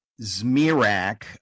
Zmirak